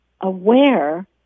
aware